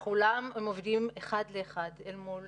בכולם הם עובדים אחד לאחד אל מול